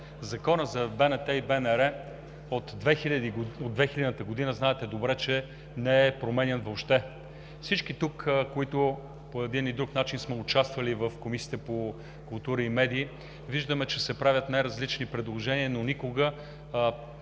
Законът за БНТ и БНР от 2000 г. знаете добре, че въобще не е променян. Всички тук, които по един или друг начин сме участвали в комисиите по култура и медии, виждаме, че се правят най-различни предложения, но никога